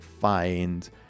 find